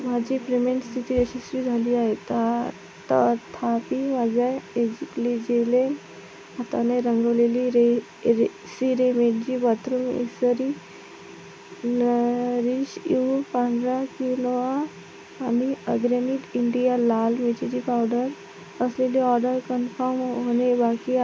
माझी पेमेंट स्थिती यशस्वी झाली आहे त तथापि माझी लेजिलेम हाताने रंगवलेली री री सिरेमिकची बाथरूम इक्सरी नरेशिव पांढरा किनोवा आणि अग्रनीट इंडिया लाल मिरचीची पावडर असलेली ऑर्डर कन्फर्म होणे बाकी आहे